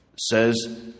says